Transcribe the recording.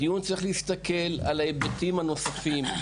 הדיון צריך להסתכל על ההיבטים הנוספים,